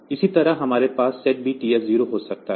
इसी तरह हमारे पास यह SETB TF0 हो सकता है